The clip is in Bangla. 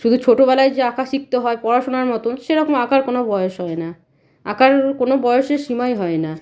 শুধু ছোটোবেলায় যে আঁকা শিখতে হয় পড়াশুনার মতো সেরকম আঁকার কোনো বয়স হয় না আঁকার কোনো বয়সের সীমাই হয় না